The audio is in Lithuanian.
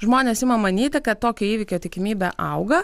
žmonės ima manyti kad tokio įvykio tikimybė auga